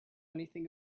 anything